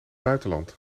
buitenland